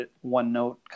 one-note